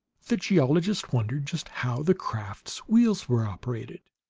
the geologist wondered just how the craft's wheels were operated.